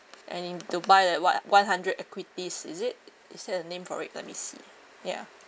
and in to buy that what one hundred equities is it is there a name for it let me see ya